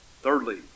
Thirdly